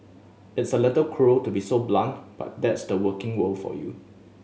it's a little cruel to be so blunt but that's the working world for you